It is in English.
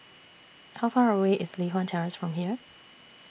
How Far away IS Li Hwan Terrace from here